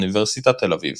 אוניברסיטת תל אביב